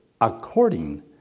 according